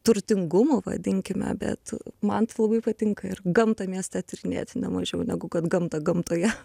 turtingumu vadinkime bet man tai labai patinka ir gamtą mieste tyrinėti ne mažiau negu kad gamtą gamtoje